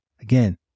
Again